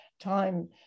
time